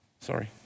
Sorry